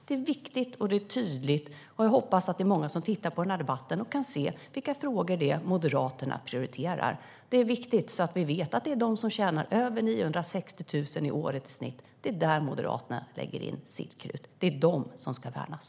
Det är viktigt, och det är tydligt. Jag hoppas att det är många som tittar på den här debatten och kan se vilka frågor Moderaterna prioriterar. Det är viktigt, så att vi vet att Moderaterna lägger sitt krut på dem som tjänar över 960 000 kronor om året i snitt. Det är de som ska värnas.